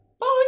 Bye